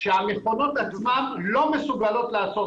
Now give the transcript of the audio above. שהמכונות עצמן לא מסוגלות לעצור.